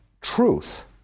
truth